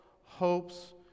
hopes